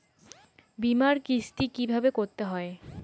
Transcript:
বিমার কিস্তি কিভাবে করতে হয়?